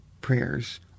prayers